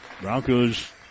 Broncos